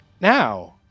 now